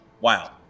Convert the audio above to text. Wow